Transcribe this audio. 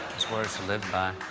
words to live by.